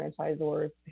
franchisors